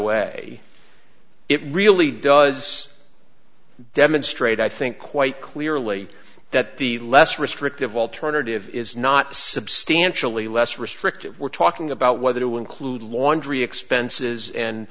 way it really does demonstrate i think quite clearly that the less restrictive alternative is not substantially less restrictive we're talking about whether it will include laundry expenses and